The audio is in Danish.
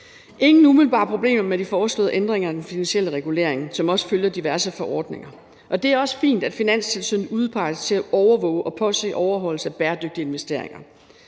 ingen umiddelbare problemer med de foreslåede ændringer af den finansielle regulering, som også følger diverse forordninger, og det er også fint, at Finanstilsynet udpeges til at overvåge og påse overholdelse af bæredygtige investeringer